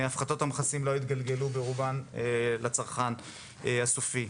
הפחתת המכסים לא התגלגלו ברובן לצרכן הסופי.